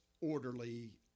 orderly